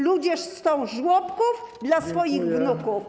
Ludzie chcą żłobków dla swoich wnuków.